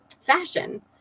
fashion